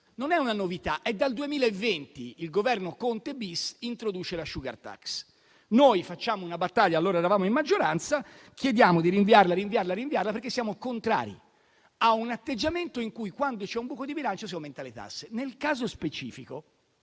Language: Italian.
Non è una novità: nel 2020, il Governo Conte-*bis* introduce la *sugar tax*. Noi facciamo una battaglia, allora eravamo in maggioranza, chiedendo di rinviarla, perché siamo contrari ad un atteggiamento in cui, quando c'è un buco di bilancio, si aumentano le tasse. Nel caso specifico,